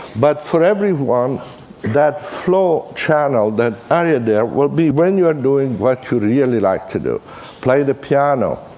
but for everyone that flow channel, that area there, will be when you are doing what you really like to do play the piano,